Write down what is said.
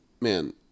Man